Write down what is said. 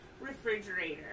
refrigerator